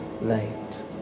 light